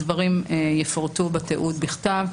הדברים יפורטו בתיעוד בכתב.